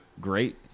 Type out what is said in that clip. great